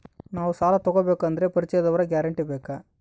ನಾವು ಸಾಲ ತೋಗಬೇಕು ಅಂದರೆ ಪರಿಚಯದವರ ಗ್ಯಾರಂಟಿ ಬೇಕಾ?